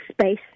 space